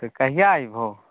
तऽ कहिया अयबहो